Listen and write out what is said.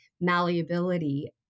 malleability